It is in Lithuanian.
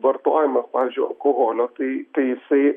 vartojimas pavyzdžiui alkoholio tai tai jisai